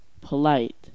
polite